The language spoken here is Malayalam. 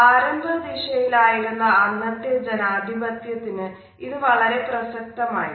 ആരംഭ ദിശയിൽ ആയിരുന്ന അന്നത്തെ ജനാധിപത്യത്തിന് ഇത് വളരെ പ്രസക്തമായിരുന്നു